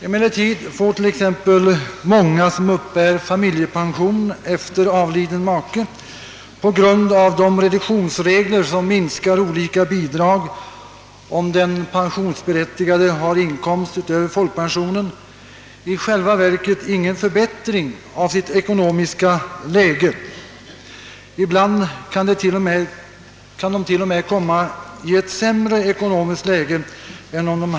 Emellertid får t.ex. många som uppbär familjepension efter avliden make på grund av de reduktionsregler, som minskar olika bidrag om den pensionsberättigade har inkomst utöver folkpensionen, i själva verket ingen förbättring av sitt ekonomiska läge — ibland kan de t.o.m. komma i ett sämre ekonomiskt läge än om de haft enbart folkpension. Jag vill anföra ett exempel. Fru G. får i ålderspension 410 kronor 88 öre per månad.